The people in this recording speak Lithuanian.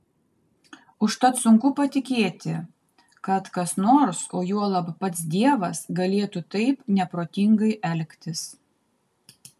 užtat sunku patikėti kad kas nors o juolab pats dievas galėtų taip neprotingai elgtis